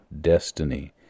destiny